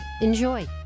Enjoy